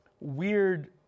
weird